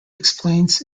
explains